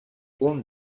uns